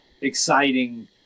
exciting